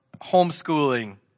homeschooling